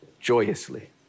joyously